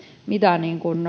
mitään